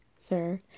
sir